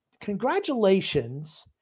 congratulations